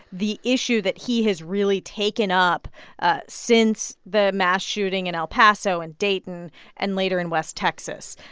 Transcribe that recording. the issue that he has really taken up ah since the mass shooting in el paso and dayton and later in west texas.